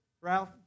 Ralph